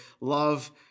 love